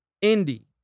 Indy